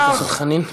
בבקשה, חבר הכנסת חנין.